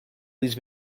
leads